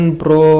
pro